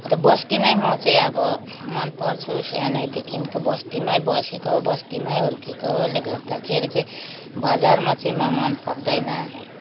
र बस्ती नै मलाई चाहिँ अब मनपर्छ सानैदेखिको बस्तीमै बसेको बस्तीमै हुर्केकोले गर्दाखेरि चाहिँ बजारमा चाहिँ म मन पर्दैन